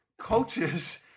coaches